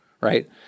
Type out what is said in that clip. right